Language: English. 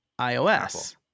iOS